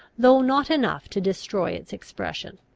though not enough to destroy its expression.